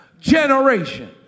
generation